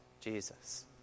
Jesus